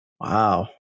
wow